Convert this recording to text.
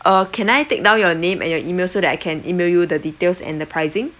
uh can I take down your name and your email so that I can email you the details and the pricing